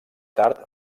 tard